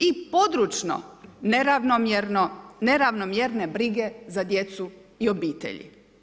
I područno neravnomjerne brige za djecu i obitelji.